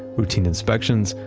routine inspections,